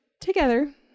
together